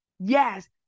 yes